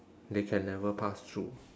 they can never pass through